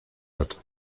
hat